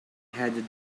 had